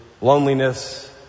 loneliness